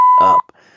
up